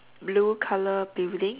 blue color building